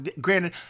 Granted